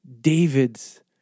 David's